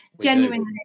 genuinely